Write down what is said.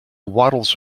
waddles